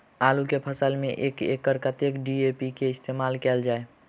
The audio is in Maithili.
आलु केँ फसल मे एक एकड़ मे कतेक डी.ए.पी केँ इस्तेमाल कैल जाए?